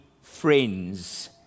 friends